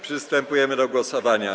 Przystępujemy do głosowania.